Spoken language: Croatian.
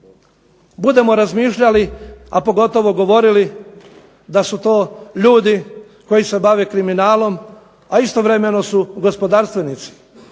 budemo razmišljali, a pogotovo govorili da su to ljudi koji se bave kriminalom, a istovremeno su gospodarstvenici,